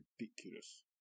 ridiculous